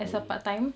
mmhmm